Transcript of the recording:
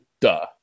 duh